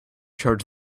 charge